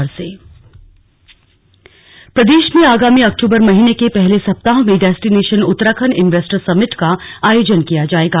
investors summit प्रदेश में आगामी अक्तूबर महीने के पहले सप्ताह में डेस्टीनेशन उत्तराखण्ड इन्वेस्टर्स समिट का आयोजन किया जाएगा